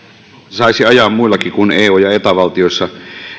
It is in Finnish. saisi ajaa muillakin kuin eu ja eta valtioissa